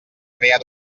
crear